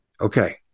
Okay